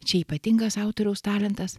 čia ypatingas autoriaus talentas